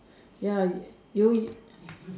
ya you